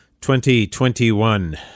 2021